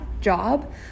job